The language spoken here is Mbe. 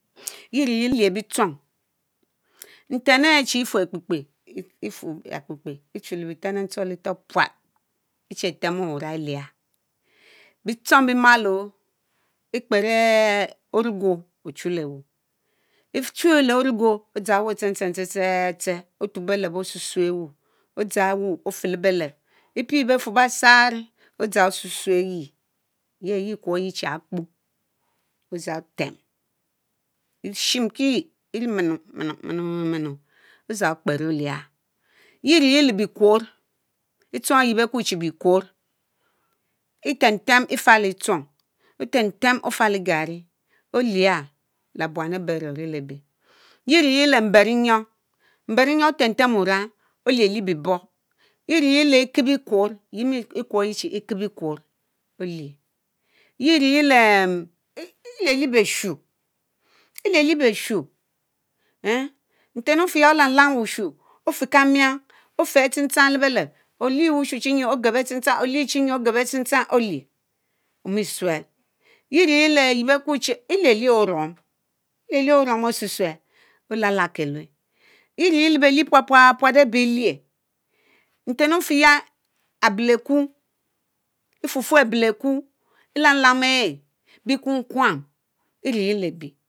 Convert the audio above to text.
Yeah iri eliehbitchong nten ehh chi ifue A'kpé ichule béé tén Eéhtchong lehhtórr puat echeh temmu uráng euàah; bitchong bimáló Ekperr réé órůggó ochůlewu, echu le óruggó edzang Eẇhó Etchen-tehen tsetsetse oůbelep o'h sue-suehh ewho odzang E'whó ofelebelep; epieh befurr bēsarr odzāng oh sue sueh yea; yehh yea ikwurryi chi Akpo, odzang otem. Esimki, Eri-mènu-mènu odzang okperr oůarr. yea Eriri le bekwůorr, E'tchong ayie beh kuorr chi bèèquorr, Etem- fem efah bitchong, Etem-tem ifah lèèh Egarri oharr lebuam èbehh arè orilebeho. Yea eri- rie-le. mmberinyòng oh tem- tem wurang Èheh- lieh biborri Eri- rie-le ikep- įkep-ikwuorr, Èkùorryi chi ikep- ikwùorr, olieh. Eri-rie-leeh Elieuè behshuè, Elieliè bèhshù èèh, nten- are ofeh olam-lam ofieh kàmiarr ofieh adtohentchang lebelep, olieh ogep adtchentchang olieh ogep adtchentchang olieh òmiesuel yea-eriri.-leh yea beh kuorr chri Elieh lieh oruom Elieh lieh oruom ooh- susuel, olàlàikelùe-Eri-riele beùeh puapuat Ebeh elùeh, nten ofeyah Abeleku, ifufurr abeleku Elamlam èēh, biekwukwàm Eri-ri-leh-bi.